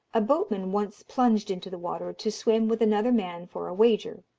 a boatman once plunged into the water to swim with another man for a wager.